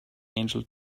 angel